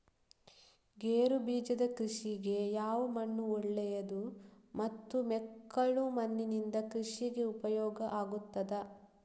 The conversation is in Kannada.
ಗೇರುಬೀಜದ ಕೃಷಿಗೆ ಯಾವ ಮಣ್ಣು ಒಳ್ಳೆಯದು ಮತ್ತು ಮೆಕ್ಕಲು ಮಣ್ಣಿನಿಂದ ಕೃಷಿಗೆ ಉಪಯೋಗ ಆಗುತ್ತದಾ?